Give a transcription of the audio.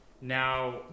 Now